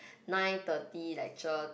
nine thirty lecture to